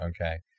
okay